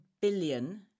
billion